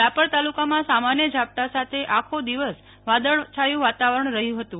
રાપર તાલુકામાં સામાન્ય ઝાપટા સાથે આખો દિવસ વાદળ છાયું વાતાવરણ રહ્યું હતું